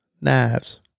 knives